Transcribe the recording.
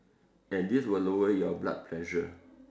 and this will lower your blood pressure